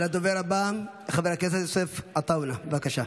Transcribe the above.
ולדובר הבא, חבר הכנסת יוסף עטאונה, בבקשה.